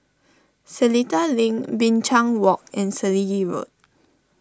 Seletar Link Binchang Walk and Selegie Road